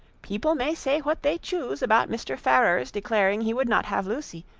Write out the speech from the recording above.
people may say what they chuse about mr. ferrars's declaring he would not have lucy,